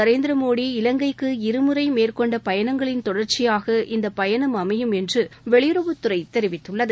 நரேந்திரமோடி இலங்கைக்கு இருமுறை மேற்கொண்ட பயணங்களின் தொடர்ச்சியாக இந்த பயணம் அமையும் என்று வெளியுறவுத்துறை தெரிவித்துள்ளது